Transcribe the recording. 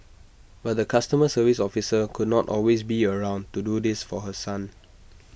but the customer service officer could not always be around to do this for her son